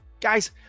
guys